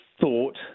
thought